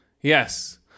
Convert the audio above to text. Yes